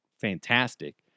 fantastic